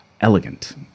elegant